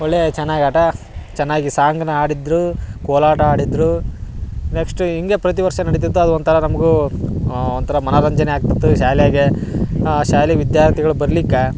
ಒಳ್ಳೆಯ ಚೆನ್ನಾಗಿ ಆಟ ಚೆನ್ನಾಗಿ ಸಾಂಗ್ನ ಹಾಡಿದ್ರು ಕೋಲಾಟ ಆಡಿದ್ದರೂ ನೆಕ್ಸ್ಟು ಹಿಂಗೆ ಪ್ರತಿ ವರ್ಷ ನಡಿತಿತ್ತು ಅದು ಒಂಥರ ನಮಗೂ ಒಂಥರ ಮನೋರಂಜನೆ ಆಗ್ತಿತ್ತು ಶಾಲ್ಯಾಗ ಶಾಲೆ ವಿದ್ಯಾರ್ಥಿಗಳು ಬರ್ಲಿಕ್ಕೆ